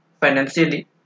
financially